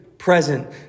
present